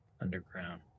underground